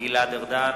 גלעד ארדן,